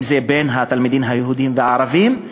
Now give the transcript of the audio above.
אם זה בין התלמידים היהודים והערבים,